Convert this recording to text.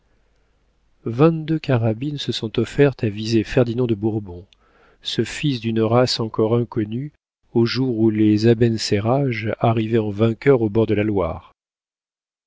carabines se sont offertes à viser ferdinand de bourbon ce fils d'une race encore inconnue au jour où les abencerrages arrivaient en vainqueurs aux bords de la loire